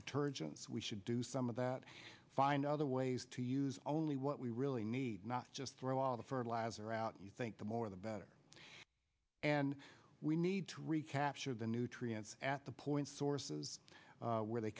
detergents we should do some of that find other ways to use only what we really need not just throw all the fertilizer out you think the more the better and we need to recapture the nutrients at the point sources where they